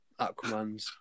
Aquamans